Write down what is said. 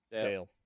Dale